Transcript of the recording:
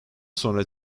sonra